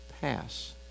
Pass